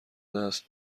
دست